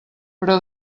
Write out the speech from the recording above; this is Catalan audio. però